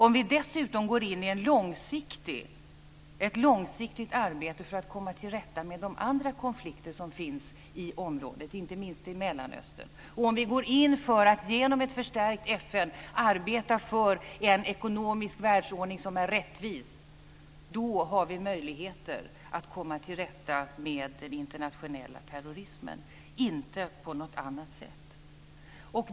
Om vi dessutom går in i ett långsiktigt arbete för att komma till rätta med de andra konflikter som finns i området, inte minst i Mellanöstern, och om vi går in för att genom ett förstärkt FN arbeta för en ekonomisk världsordning som är rättvis, har vi möjligheter att komma till rätta med den internationella terrorismen. Det kan inte ske på något annat sätt.